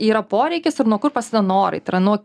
yra poreikis ir nuo kur prasideda norai tai yra nuo